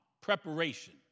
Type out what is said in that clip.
preparation